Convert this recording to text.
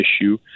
issue